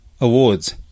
Awards